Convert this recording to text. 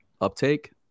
uptake